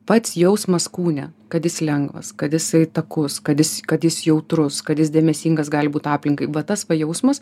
pats jausmas kūne kad jis lengvas kad jisai takus kad jis kad jis jautrus kad jis dėmesingas gali būt aplinkai va tas va jausmas